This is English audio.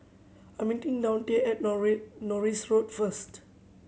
I meeting Daunte at Norris Road first